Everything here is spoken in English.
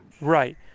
Right